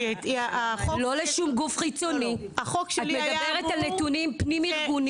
ושוויון מגדרי): << יור >> הוא מאוד מהותי מבחינתכם כארגון,